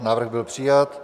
Návrh byl přijat.